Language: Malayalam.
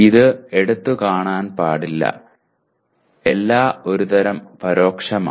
ഇത് എടുത്തു കാണാൻ പാടില്ല എല്ലാം ഒരുതരം പരോക്ഷമാണ്